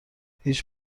هیچ